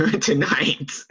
tonight